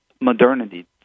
modernity